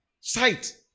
Sight